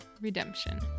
Redemption